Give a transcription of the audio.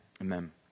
amen